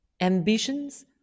ambitions